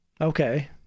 Okay